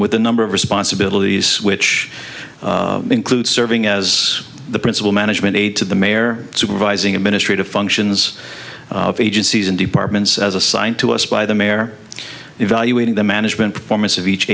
with a number of responsibilities which include serving as the principal management aide to the mayor supervising administrative functions of agencies and departments as assigned to us by the mayor evaluating the management performance of each